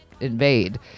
invade